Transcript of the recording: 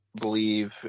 believe